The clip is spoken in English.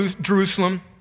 Jerusalem